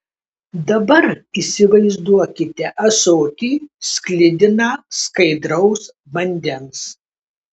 dabar įsivaizduokite ąsotį sklidiną skaidraus vandens